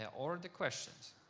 and or the questions.